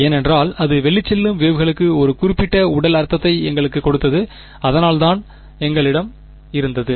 ஏனென்றால் அது வெளிச்செல்லும் வேவ்களுக்கு ஒரு குறிப்பிட்ட உடல் அர்த்தத்தை எங்களுக்குக் கொடுத்தது அதனால் தான் எங்களிடம் இருந்தது